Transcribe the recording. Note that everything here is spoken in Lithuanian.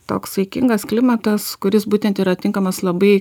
toks saikingas klimatas kuris būtent yra tinkamas labai